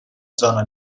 zona